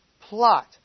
plot